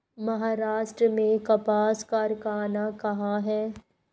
महाराष्ट्र में कपास कारख़ाना कहाँ है?